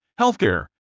healthcare